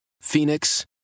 Phoenix